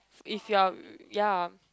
if you're ya